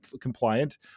compliant